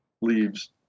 leaves